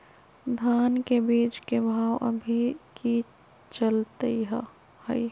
धान के बीज के भाव अभी की चलतई हई?